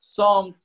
Psalm